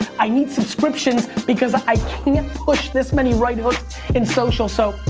i need subscriptions because i can't push this many right hooks in social, so,